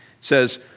says